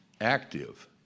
active